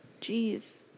Jeez